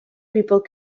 people